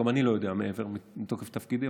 אני גם לא יודע מעבר מתוקף תפקידי,